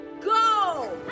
Go